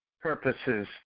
purposes